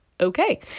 okay